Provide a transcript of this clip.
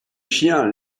chiens